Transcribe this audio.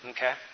Okay